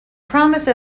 promise